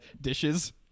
dishes